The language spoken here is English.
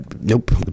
nope